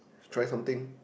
try something